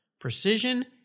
precision